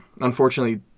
unfortunately